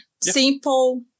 simple